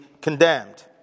condemned